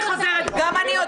אני חוזרת בי.